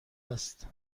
است